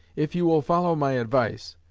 if you will follow my advice,